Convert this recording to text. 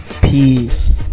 peace